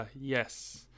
Yes